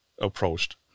approached